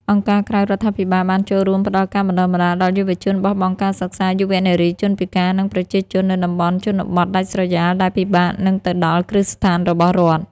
អង្គការក្រៅរដ្ឋាភិបាលបានចូលរួមផ្តល់ការបណ្តុះបណ្តាលដល់យុវជនបោះបង់ការសិក្សា យុវនារី ជនពិការ និងប្រជាជននៅតំបន់ជនបទដាច់ស្រយាលដែលពិបាកនឹងទៅដល់គ្រឹះស្ថានរបស់រដ្ឋ។